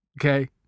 Okay